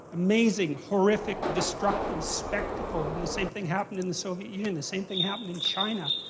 amazing, horrific destructive spectacle. and the same thing happened in the soviet union, the same thing happened in china,